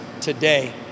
today